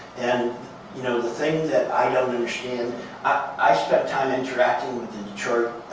and you know the thing that i don't understand i spent time interacting with the detroit